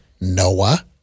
Noah